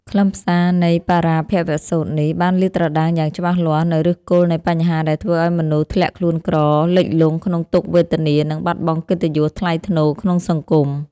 ខ្លឹមសារនៃបរាភវសូត្រនេះ បានលាតត្រដាងយ៉ាងច្បាស់លាស់នូវឫសគល់នៃបញ្ហាដែលធ្វើឱ្យមនុស្សធ្លាក់ខ្លួនក្រ លិចលង់ក្នុងទុក្ខវេទនា និងបាត់បង់កិត្តិយសថ្លៃថ្នូរក្នុងសង្គម។